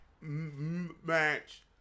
match